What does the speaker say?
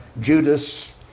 Judas